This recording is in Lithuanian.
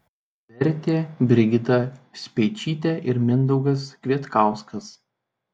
vertė brigita speičytė ir mindaugas kvietkauskas